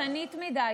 אבל היא פרטנית מדי,